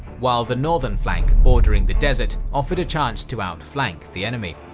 while the northern flank bordering the desert offered a chance to outflank the enemy.